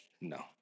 no